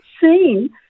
seen